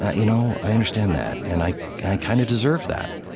you know i understand that, and i kind of deserve that,